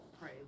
pray